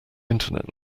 internet